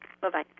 Bye-bye